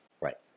Right